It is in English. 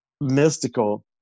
mystical